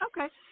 Okay